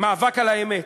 מאבק על האמת.